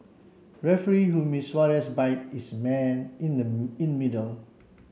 referee who miss Suarez bite is man in the in middle